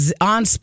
on